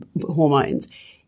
hormones